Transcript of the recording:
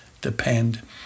depend